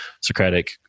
Socratic